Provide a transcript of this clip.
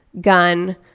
gun